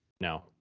No